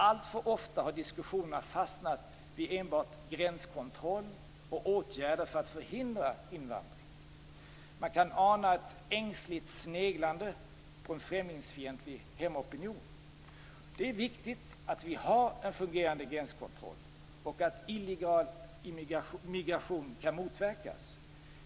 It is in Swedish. Alltför ofta har diskussionerna fastnat i enbart gränskontroll och åtgärder för att förhindra invandring. Man kan ana ett ängsligt sneglande på en främlingsfientlig hemmaopinion. Det är viktigt att vi har en fungerande gränskontroll och att illegal migration kan motverkas.